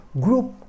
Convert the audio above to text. group